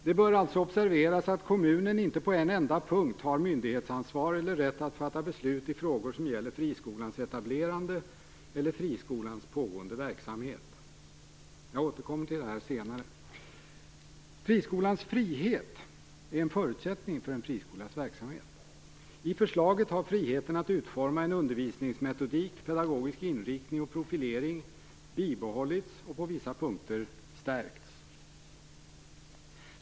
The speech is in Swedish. Det bör alltså observeras att kommunen inte på en enda punkt har myndighetsansvar eller rätt att fatta beslut i frågor som gäller friskolans etablerande eller friskolans pågående verksamhet. Jag återkommer till det senare. Friskolans frihet är en förutsättning för en friskolas verksamhet. I förslaget har friheten att utforma en undervisningsmetodik, pedagogisk inriktning och profilering bibehållits och på vissa punkter stärkts.